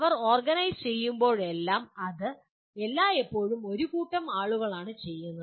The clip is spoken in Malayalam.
അവ ഓർഗനൈസ് ചെയ്യുമ്പോഴെല്ലാം അത് എല്ലായ്പ്പോഴും ഒരു കൂട്ടം ആളുകളാണ് ചെയ്യുന്നത്